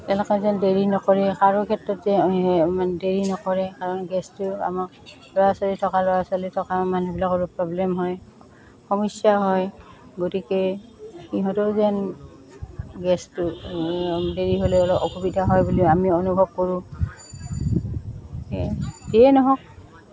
তেনেকে যেন দেৰি নকৰে কাৰো ক্ষেত্ৰত যেন দেৰি নকৰে কাৰণ গেছটো আমাক ল'ৰা ছোৱালী থকা ল'ৰা ছোৱালী থকা মানুহবিলাকৰ অলপ প্ৰব্লেম হয় সমস্যা হয় গতিকে সিহঁতেও যেন গেছটো দেৰি হ'লে অলপ অসুবিধা হয় বুলিও আমি অনুভৱ কৰোঁ সেয়ে নহওক